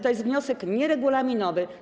To jest wniosek nieregulaminowy.